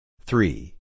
Three